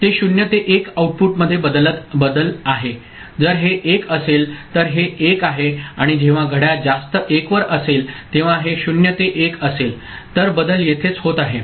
ते 0 ते 1 आउटपुट मध्ये बदल आहे जर हे 1 असेल तर हे 1 आहे आणि जेव्हा घड्याळ जास्त 1 वर असेल तेव्हा हे 0 ते 1 असेल तर बदल येथेच होत आहेत